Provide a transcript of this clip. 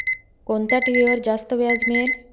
कोणत्या ठेवीवर जास्त व्याज मिळेल?